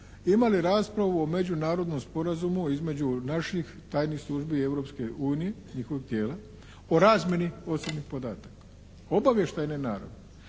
imali raspravu o međunarodnom sporazumu između naših tajnih službi i Europske unije, njihovog tijela, o razmjeni osobnih podataka obavještajne naravi,